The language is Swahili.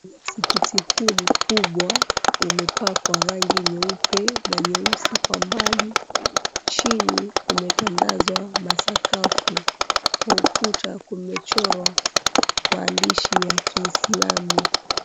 Msikiti huu mkubwa umepakwa rangi nyeupe na nyeusi kwa mbali. Chini, kumetandazwa masakafu. Kwa ukuta, kumechorwa maandishi ya Kiislamu.